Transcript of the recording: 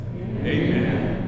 Amen